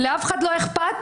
לאף אחד לא אכפת,